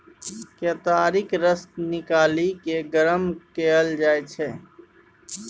केतारीक रस निकालि केँ गरम कएल जाइ छै